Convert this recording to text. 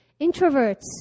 Introverts